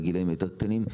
בגילאים היותר קטנים,